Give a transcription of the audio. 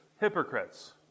hypocrites